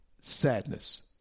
sadness